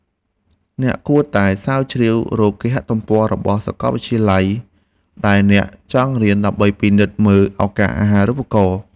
អ្នកគួរតែស្រាវជ្រាវរកគេហទំព័ររបស់សាកលវិទ្យាល័យដែលអ្នកចង់រៀនដើម្បីពិនិត្យមើលឱកាសអាហារូបករណ៍។